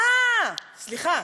אה, סליחה.